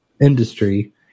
industry